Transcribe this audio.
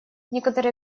некоторые